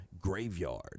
Graveyard